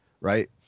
right